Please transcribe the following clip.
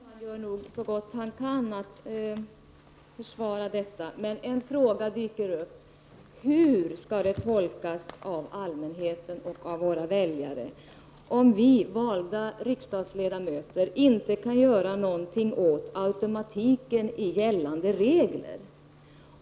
Herr talman! Olle Svensson gör nog så gott han kan för att försvara detta. Men en fråga dyker upp: Hur skall det tolkas av allmänheten, av våra väljare, om vi, valda riksdagsledamöter, inte kan göra någonting åt automatiken i gällande regler?